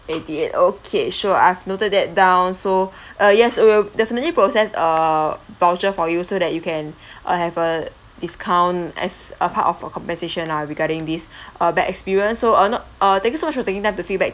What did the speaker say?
eighty eight okay sure I've noted that down so uh yes we'll definitely process err voucher for you so that you can uh have a discount as a part of our compensation ah regarding these uh bad experience so I'll note uh thank you so much for taking time to feedback